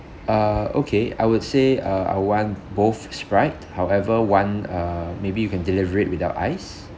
uh okay I would say uh I want both sprite however one uh maybe you can deliver it without ice